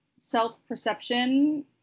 self-perception